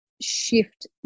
shift